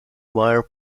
wire